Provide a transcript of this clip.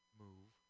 move